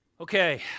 Okay